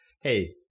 hey